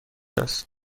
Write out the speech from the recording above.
است